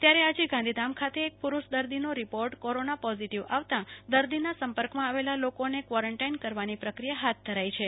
ત્યારે આજે ગાંધીધામ ખાતે એક પુરુષ દર્દીનો રીપોર્ટ કોરોના પોઝીટીવ આવતા દર્દીના સંપર્કમાં આવેલા લોકોને ક્વોરેનટાઈન કરવાની પ્રક્રિયા હાથ ધરાઈ છે